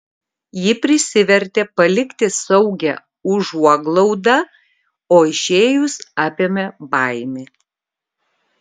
ji prisivertė palikti saugią užuoglaudą o išėjus apėmė baimė